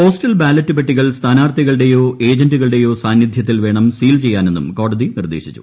postal ballot പെട്ടികൾ സ്ഥാനാർത്ഥികളുടെയോ ഏജന്റുകളുടെയോ സാനിധ്യത്തിൽ വേണം സീൽ ചെയ്യാന്നെന്നും കോടതി നിർദ്ദേശിച്ചു